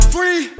Free